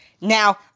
Now